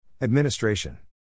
Administration